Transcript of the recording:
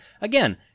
Again